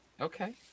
Okay